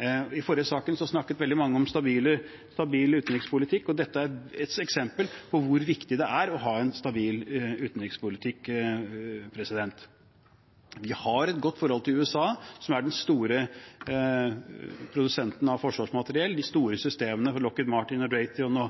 I den forrige saken snakket veldig mange om stabil utenrikspolitikk. Dette er et eksempel på hvor viktig det er å ha en stabil utenrikspolitikk. Vi har et godt forhold til USA, som er den store produsenten av forsvarsmateriell, med de store systemene fra Lockheed Martin, Raytheon,